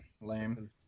Lame